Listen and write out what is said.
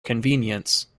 convenience